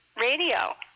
radio